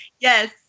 Yes